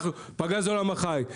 פגז עולם החי.